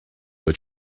were